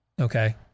okay